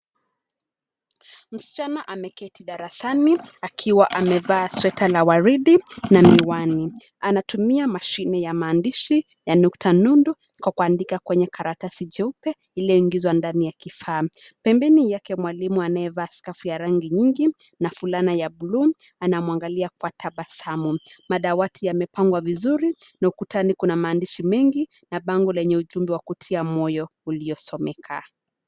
Msichana ameketi darasani akiwa amevaa sweta la waridi na miwani. Anatumia mashine ya maandishi ya nukta nundu kwa kuandika kwenye karatasi jeupe iliyoingizwa ndani ya kifaa. Pembeni yake, mwalimu anayevaa skafu ya rangi nyingi na fulana ya bluu anamwangalia kwa tabasamu. Madawati yamepangwa vizuri na ukutani kuna maandishi mengi na bango lenye ujumbe wa kutia moyo uliosomeka.